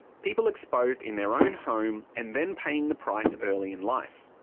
people exposed in their own home, and then paying the price early in life.